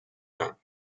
cancro